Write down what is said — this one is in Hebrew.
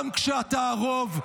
גם כשאתה הרוב,